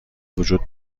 وجود